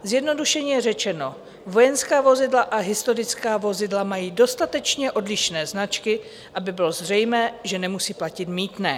Zjednodušeně řečeno, vojenská vozidla a historická vozidla mají dostatečné odlišné značky, aby bylo zřejmé, že nemusí platit mýtné.